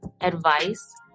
advice